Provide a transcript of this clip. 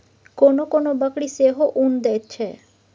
कोनो कोनो बकरी सेहो उन दैत छै